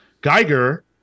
geiger